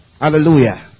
Hallelujah